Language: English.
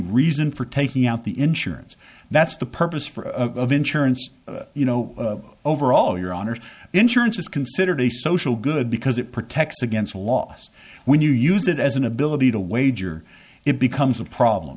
reason for taking out the insurance that's the purpose for insurance you know overall your honour's insurance is considered a social good because it protects against loss when you use it as an ability to wager it becomes a problem